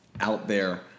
out-there